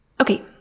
Okay